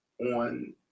on